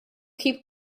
keep